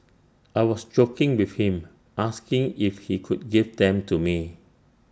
I was joking with him asking if he could give them to me